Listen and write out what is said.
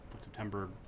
September